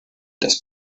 das